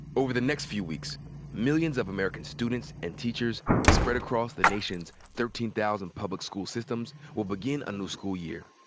over the next few weeks millions of american students and teachers spread across the nation's thirteen thousand public school systems will begin a new school year.